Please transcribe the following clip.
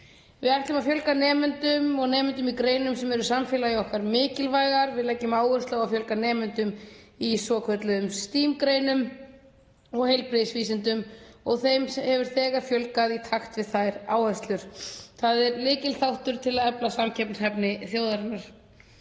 Við ætlum að fjölga nemendum og fjölga nemendum í greinum sem eru samfélagi okkar mikilvægar. Við leggjum áherslu á að fjölga nemendum í svokölluðum STEAM-greinum og heilbrigðisvísindum og þeim hefur þegar fjölgað í takt við þær áherslur. Það er lykilþáttur til að efla samkeppnishæfni þjóðarinnar.